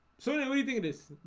sorry, i'm reading this.